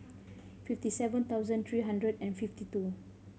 fifty seven thousand three hundred and fifty two